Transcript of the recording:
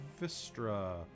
Vistra